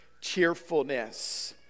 cheerfulness